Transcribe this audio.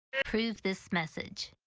approve this message.